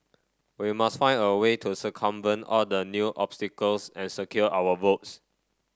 we must find a way to circumvent all the new obstacles and secure our votes